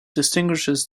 distinguishes